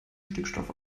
stickstoff